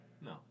No